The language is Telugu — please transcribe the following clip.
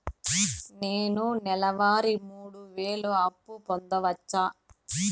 నేను నెల వారి మూడు వేలు అప్పు పొందవచ్చా?